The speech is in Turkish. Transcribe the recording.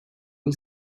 yıl